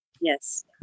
Yes